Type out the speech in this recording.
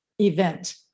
event